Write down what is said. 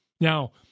Now